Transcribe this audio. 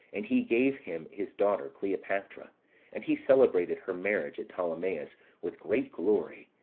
and he gave him his daughter, cleopatra and he celebrated her marriage at ptolemais with great glory,